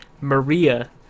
Maria